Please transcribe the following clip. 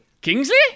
Kingsley